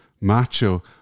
macho